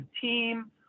team